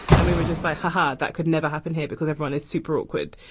and we were just like, ha, ha, that could never happen here because everyone is super awkward.